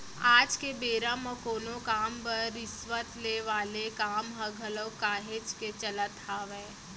आज के बेरा म कोनो काम बर रिस्वत ले वाले काम ह घलोक काहेच के चलत हावय